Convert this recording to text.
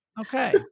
okay